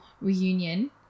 reunion